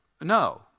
no